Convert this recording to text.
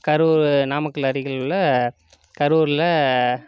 கரூர் நாமக்கல் அருகில் உள்ள கரூரில்